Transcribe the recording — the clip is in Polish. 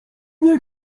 nie